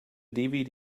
dvd